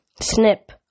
snip